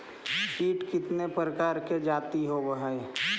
कीट कीतने प्रकार के जाती होबहय?